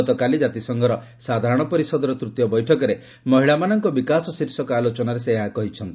ଗତକାଲି ଜାତିସଂଘର ସାଧାରଣ ପରିଷଦର ତୃତୀୟ ବୈଠକରେ 'ମହିଳାମାନଙ୍କ ବିକାଶ' ଶୀର୍ଷକ ଆଲୋଚନାରେ ସେ ଏହା କହିଛନ୍ତି